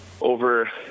over